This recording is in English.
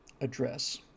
address